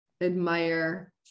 admire